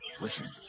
Listen